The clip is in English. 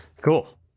Cool